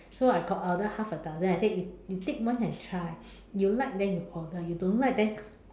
so I got order half a dozen I say if you take one and try you like then you order you don't like then